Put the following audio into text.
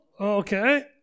okay